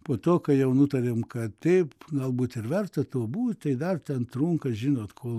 po to kai jau nutarėm kad taip galbūt ir verta tuo būt tai dar ten trunka žinot kol